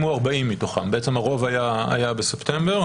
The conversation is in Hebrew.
בוקר טוב,